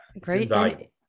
Great